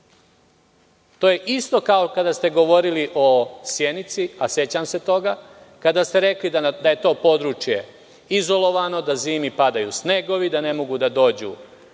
je isto kao kada ste govorili o Sjenici, a sećam se toga, kada ste rekli da je to područje izolovano, da zimi padaju snegovi, da ne mogu da dođu